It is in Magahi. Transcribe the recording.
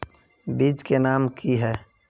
बीज के नाम की है?